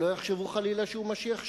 שלא יחשבו, חלילה, שהוא משיח שקר.